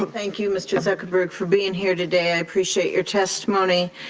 but thank you mr. zuckerberg for being here today i appreciate your testimony.